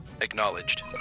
Acknowledged